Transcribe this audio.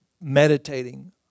Meditating